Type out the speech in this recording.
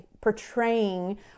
portraying